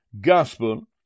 gospel